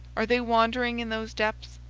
are they wandering in those depths,